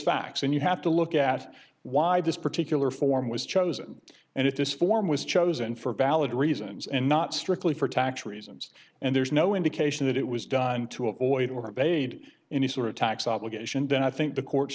facts and you have to look at why this particular form was chosen and if this form was chosen for valid reasons and not strictly for tax reasons and there's no indication that it was done to avoid or bayed any sort of tax obligation then i think the courts